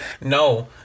No